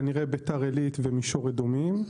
כנראה בית"ר עילית ומישור אדומים.